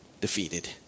defeated